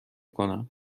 کنم